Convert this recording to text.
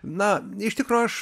na iš tikro aš